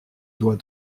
doit